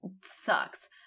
sucks